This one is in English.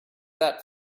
that